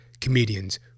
comedians